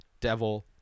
devil